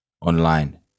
online